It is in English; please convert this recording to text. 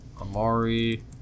Amari